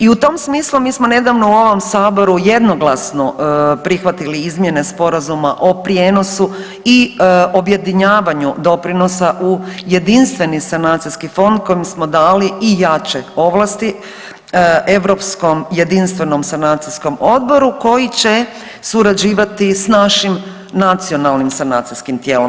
I u tom smislu, mi smo nedavno u ovom Saboru jednoglasno prihvatili izmjene sporazuma o prijenosu i objedinjavanju doprinosa u jedinstveni sanacijski fond kojem smo dali i jače ovlasti europskom jedinstvenom sanacijskom odboru koji će surađivati s našim nacionalnim sanacijskim tijelom.